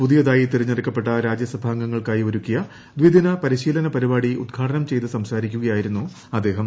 പുതിയതായി തെരഞ്ഞെടുക്കപ്പെട്ട രാജ്യസഭാംഗങ്ങൾക്കായി ഒരുക്കിയ ദിദിന പരിശീലന പരിപാടി ഉദ്ഘാടനം ചെയ്തു സംസാരിക്കുകയാ യിരുന്നു അദ്ദേഹം